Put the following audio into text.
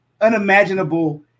unimaginable